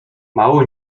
mało